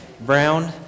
brown